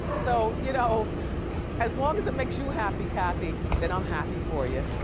so you know as long as it makes you happy, kathy, then i'm happy for you.